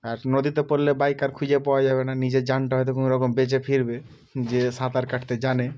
আর নদীতে পড়লে বাইক আর খুঁজে পাওয়া যাবে না নিজের জানটা হয়তো কোনোরকম বেঁচে ফিরবে যে সাঁতার কাটতে জানে